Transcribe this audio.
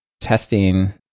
testing